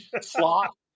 slot